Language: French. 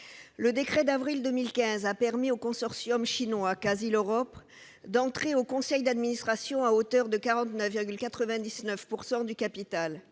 Le décret d'avril 2015 a permis au consortium chinois Casil Europe d'entrer au conseil d'administration à hauteur de 49,99 % du capital.